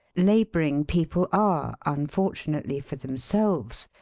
labouring people are, un fortunately for themselves,